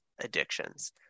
Addictions